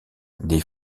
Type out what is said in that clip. des